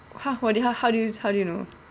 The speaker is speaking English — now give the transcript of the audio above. ha orh did ha how do you how do you know